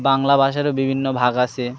বাংলা ভাষারও বিভিন্ন ভাগ আছে